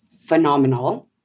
phenomenal